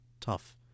tough